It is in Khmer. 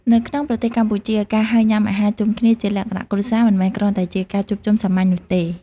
នៅក្នុងប្រទេសកម្ពុជា ការហៅញ៉ាំអាហារជុំគ្នាជាលក្ខណៈគ្រួសារ មិនមែនគ្រាន់តែជាការជួបជុំសាមញ្ញនោះទេ។